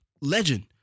legend